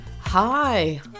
Hi